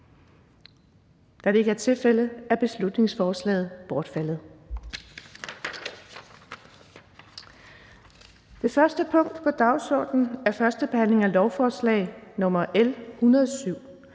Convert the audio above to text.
Da det ikke er tilfældet, er beslutningsforslaget bortfaldet. --- Det første punkt på dagsordenen er: 1) 1. behandling af lovforslag nr. L 107: